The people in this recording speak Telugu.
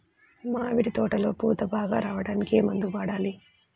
మామిడి తోటలో పూత బాగా రావడానికి ఏ మందు వాడాలి?